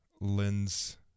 lens